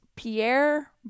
Pierre